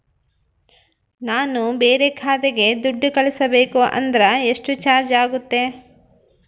ನಾನು ಬೇರೆ ಖಾತೆಗೆ ದುಡ್ಡು ಕಳಿಸಬೇಕು ಅಂದ್ರ ಎಷ್ಟು ಚಾರ್ಜ್ ಆಗುತ್ತೆ?